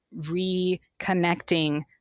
reconnecting